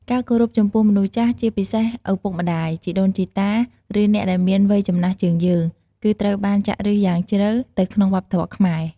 ការគោរពចំពោះមនុស្សចាស់ ជាពិសេសឪពុកម្ដាយ ជីដូនជីតា ឬអ្នកដែលមានវ័យចំណាស់ជាងយើង គឺត្រូវបានចាក់ឫសយ៉ាងជ្រៅទៅក្នុងវប្បធម៌ខ្មែរ។